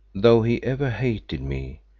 though he ever hated me,